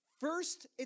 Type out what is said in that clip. First